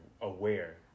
aware